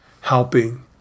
helping